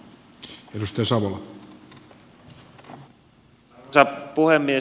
arvoisa puhemies